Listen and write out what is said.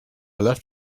left